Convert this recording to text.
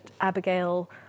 Abigail